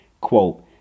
quote